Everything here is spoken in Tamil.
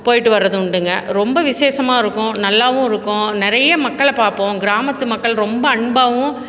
போயிட்டு வர்றது உண்டுங்க ரொம்ப விசேஷமா இருக்கும் நல்லாவும் இருக்கும் நிறைய மக்களைப் பார்ப்போம் கிராமத்து மக்கள் ரொம்ப அன்பாவும்